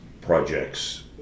projects